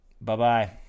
Bye-bye